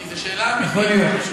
כי זו שאלה אמיתית.